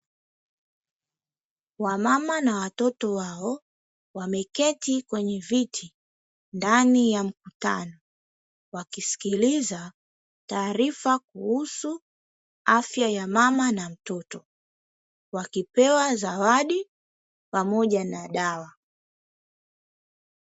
Wamama na watoto wao wameketi kwenye viti ndani ya mkutano, wakiskiliza taarifa kuhusu afya ya mama na mtoto wakipewa zawadi pamoja na dawa.